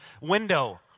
window